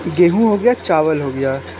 गेँहू हो गया चावल हो गया